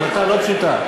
החלטה לא פשוטה,